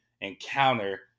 encounter